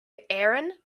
aaron